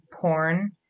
porn